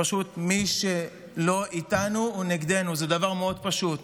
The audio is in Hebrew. פשוט מי שלא איתנו, הוא נגדנו, זה דבר מאוד פשוט.